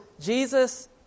Jesus